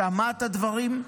שמע את הדברים,